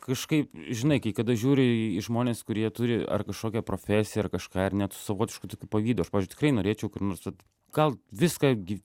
kažkaip žinai kai kada žiūri į žmones kurie turi ar kažkokią profesiją ar kažką ar net su savotišku tokiu pavydu aš pavyzdžiui tikrai norėčiau kur nors vat gal viską gi